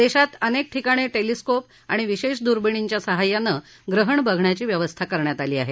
देशात अनेक ठिकाणी टेलिस्कोप आणि विशेष दुर्बिणींच्या सहाय्यानं ग्रहण बघण्याची व्यवस्था केली आहे